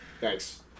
Thanks